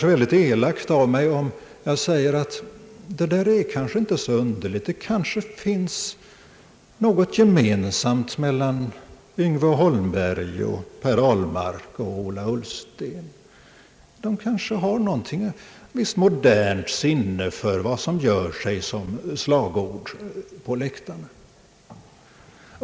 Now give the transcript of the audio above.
Det är kanske elakt av mig om jag säger att det finns måhända något gemensamt mellan herr Yngve Holmberg och herrar Ahlmark och Ullsten. De kanske har ett visst modernt sinne för vad som gör sig som slagord på läktarna.